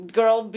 girl